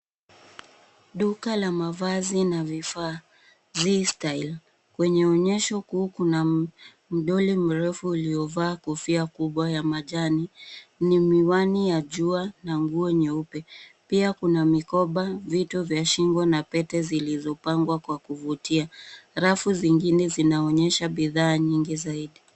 Duka la mavazi na vifaa, ZE Style .Kwenye onyesho kuu, kuna mdoli mrefu uliovaa kofia kubwa ya majani na miwani ya jua na nguo nyeupe. Pia kuna mikoba, vitu vya shingo na pete zilizopangwa kwa kuvutia. Rafu zingine zinaonyesha bidhaa nyingi zaidi.